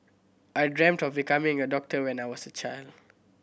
I dreamt of becoming a doctor when I was a child